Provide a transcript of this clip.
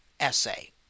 essay